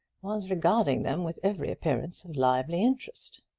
was regarding them with every appearance of lively interest.